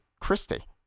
Christie